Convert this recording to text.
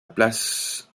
place